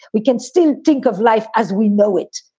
we can still think of life as we know it.